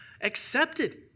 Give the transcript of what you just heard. accepted